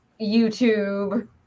YouTube